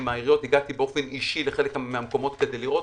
עם העיריות והגעתי באופן אישי לחלק מהמקומות כדי לראות.